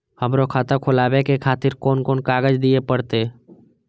हमरो खाता खोलाबे के खातिर कोन कोन कागज दीये परतें?